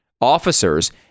officers